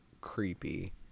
creepy